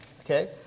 okay